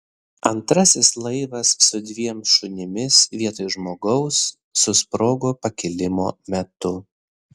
antrasis laivas su dviem šunimis vietoj žmogaus susprogo pakilimo metu